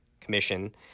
Commission